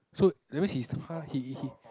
so that means he's the !huh! he he he